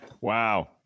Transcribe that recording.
Wow